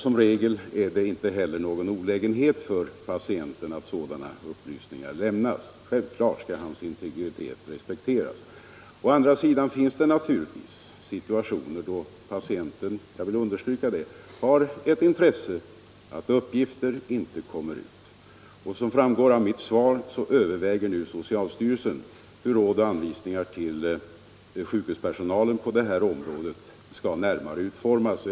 Som regel är det inte heller någon olägenhet för patienten att sådana upplysningar lämnas. Men självfallet skall hans integritet respekteras. Å andra sidan finns det naturligtvis situationer då patienten — jag vill understryka det — har ett intresse av att uppgifter inte kommer ut. Som framgår av mitt svar överväger nu socialstyrelsen hur råd och anvisningar på detta område till sjukhuspersonalen skall utformas.